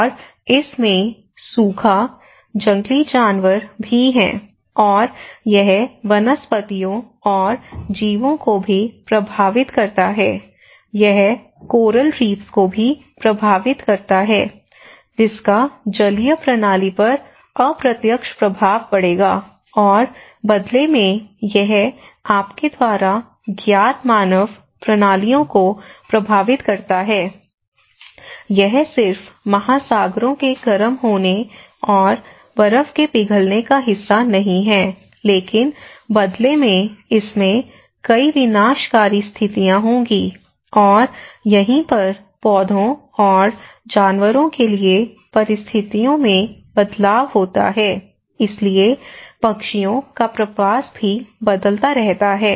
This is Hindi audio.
और इसमें सूखा जंगली जानवर भी हैं और यह वनस्पतियों और जीवों को भी प्रभावित करता है यह कोरल रीफ्स को भी प्रभावित करता है जिसका जलीय प्रणाली पर अप्रत्यक्ष प्रभाव पड़ेगा और बदले में यह आपके द्वारा ज्ञात मानव प्रणालियों को प्रभावित करता है यह सिर्फ महासागरों के गर्म होने और बर्फ के पिघलने का हिस्सा नहीं है लेकिन बदले में इसमें कई विनाशकारी स्थितियां होंगी और यहीं पर पौधों और जानवरों के लिए परिस्थितियों में बदलाव होता है इसलिए पक्षियों का प्रवास भी बदलता रहता है